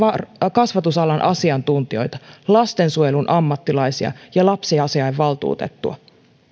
kasvatusalan asiantuntijoita lastensuojelun ammattilaisia ja lapsiasiainvaltuutettua